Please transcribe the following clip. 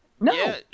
No